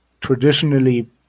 traditionally